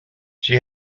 she